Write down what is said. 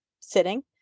sitting